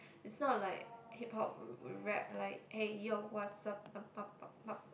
it's not like Hip-Hop rap like hey yo what's up